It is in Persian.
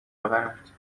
آورند